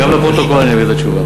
גם לפרוטוקול אני אעביר את התשובה.